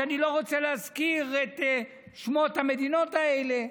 ואני לא רוצה להזכיר את שמות המדינות האלה,